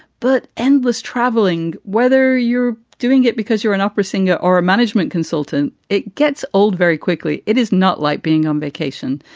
but endless travelling, whether you're doing it because you're an opera singer or a management consultant. it gets old very quickly. it is not like being on um vacation.